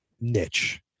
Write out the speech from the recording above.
niche